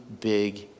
big